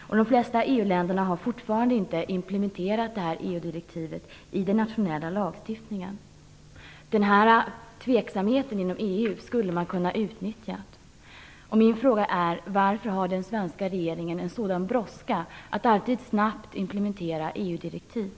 och de flesta EU-länderna har fortfarande inte implementerat detta EU-direktiv i den nationella lagstiftningen. Den tveksamheten inom EU skulle man ha kunnat utnyttja. Min fråga är: Varför har den svenska regeringen alltid sådan brådska att snabbt implementera EU-direktiv?